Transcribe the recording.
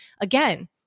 Again